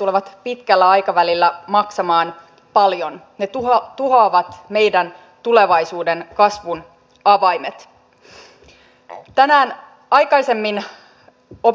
ja sen takia pääministeri juha sipilä jo ennen kuin hänestä tuli pääministeri kävi